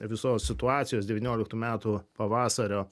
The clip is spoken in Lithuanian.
visos situacijos devynioliktų metų pavasario